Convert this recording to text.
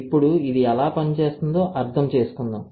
ఇప్పుడు ఇది ఎలా పనిచేస్తుందో అర్థం చేసుకుందాం